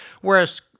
whereas